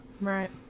Right